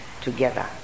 together